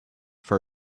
for